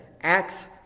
Acts